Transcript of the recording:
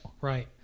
Right